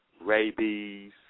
rabies